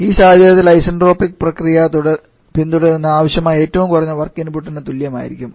ഈ സാഹചര്യത്തിൽ ഐസെൻട്രോപിക് പ്രക്രിയ പിന്തുടരുന്ന ആവശ്യമായ ഏറ്റവും കുറഞ്ഞ വർക്ക് ഇൻപുട്ടിന് തുല്യമായിരിക്കും